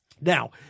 Now